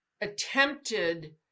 attempted